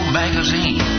magazine